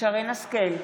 שרן מרים השכל,